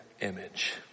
image